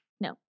No